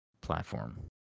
platform